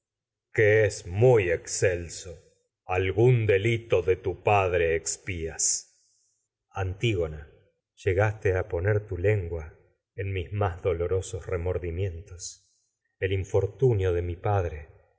trono justicia muy excelso algún delito de tu padre expías antígona dolorosos llegaste a poner tu lengua en mis más de mi remordimientos el infortunio padre